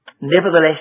Nevertheless